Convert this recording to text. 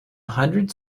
hundred